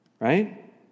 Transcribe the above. right